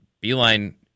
Beeline